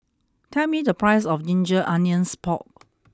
tell me the price of Ginger Onions Pork